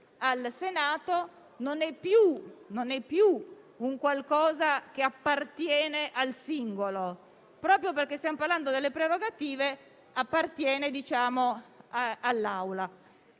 al Senato, non è più un qualcosa che appartiene al singolo; proprio perché stiamo parlando delle prerogative, appartiene all'Assemblea.